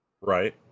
right